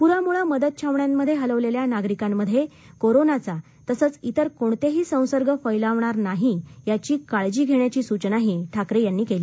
प्रामुळ मदत छावण्यांमध्ये हलवलेल्या नागरिकांमध्ये कोरोनाचा तसंच इतर कोणतेही संसर्ग फैलावणार नाही याची काळजी घेण्याची सूचनाही ठाकरे यांनी केली